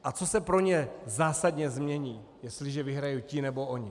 A co se pro ně zásadně změní, jestliže vyhrají ti nebo oni?